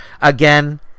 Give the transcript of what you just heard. Again